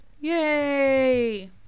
Yay